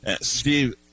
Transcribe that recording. Steve